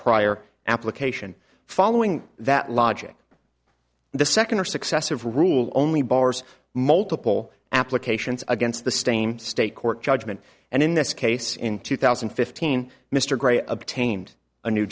prior application following that logic the second or successive rule only bars multiple applications against the stain state court judgement and in this case in two thousand and fifteen mr gray obtained a new